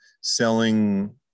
selling